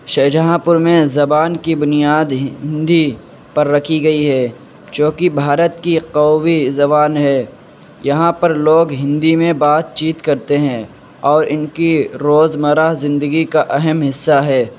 شاہجہاں پور میں زبان کی بنیاد ہندی پر رکھی گئی ہے چوں کہ بھارت کی قومی زبان ہے یہاں پر لوگ ہندی میں بات چیت کرتے ہیں اور ان کی روزمرہ زندگی کا اہم حصہ ہے